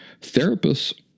Therapists